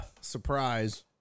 Surprise